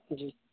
جی